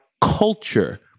culture